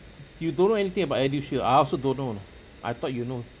you don't know anything about eldershield I also don't know know I thought you know